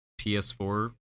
PS4